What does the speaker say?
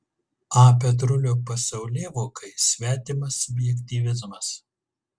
a petrulio pasaulėvokai svetimas subjektyvizmas